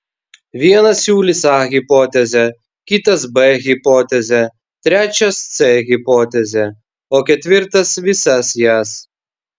vienas siūlys a hipotezę kitas b hipotezę trečias c hipotezę o ketvirtas visas jas